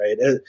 right